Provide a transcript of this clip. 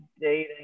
dating